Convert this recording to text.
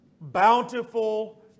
bountiful